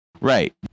Right